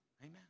Amen